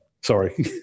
Sorry